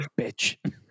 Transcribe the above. bitch